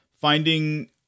finding